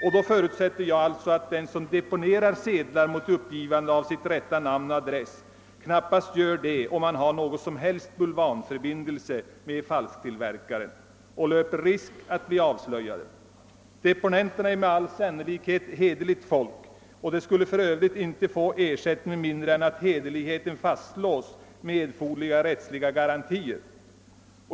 Jag förutsätter alltså att de som deponerar sedlar mot uppgivande av sitt rätta namn och adress knappast gör detta om de har någon som helst bulvanförbindelse med falsktillverkaren och löper risk att bli avslöjade. Deponenterna är med all sannolikhet hederligt folk. De skulle för övrigt inte få ersättning med mindre än att hederligheten fastslås med erforderliga rättsliga garantier.